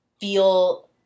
feel